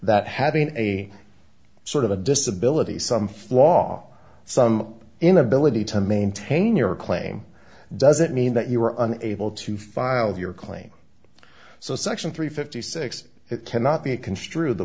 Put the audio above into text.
that having a sort of a disability some flaw some inability to maintain your claim doesn't mean that you were able to file your claim so section three fifty six it cannot be construed the